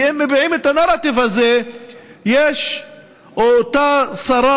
כי אם מביעים את הנרטיב הזה יש את אותה שרה,